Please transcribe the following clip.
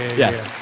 yes,